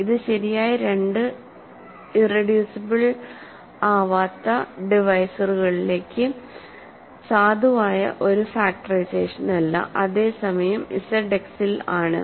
ഇത് ശരിയായ രണ്ട് ഇറെഡ്യൂസിബിൾ ഡിവിസറുകളിലേക്ക് സാധുവായ ഒരു ഫാക്ടറൈസേഷനല്ല അതേസമയം ഇസഡ് എക്സിൽ ആണ്